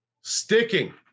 Sticking